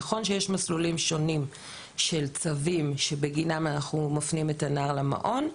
נכון שיש מסלולים שונים של צווים שבגינם אנחנו מפנים את הנער למעון.